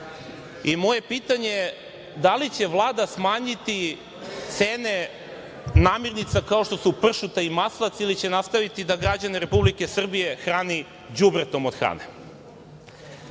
Moje pitanje - da li će Vlada smanjiti cene namirnica kao što su pršuta i maslac ili će nastaviti da građane Republike Srbije hrani đubretom od hrane? Što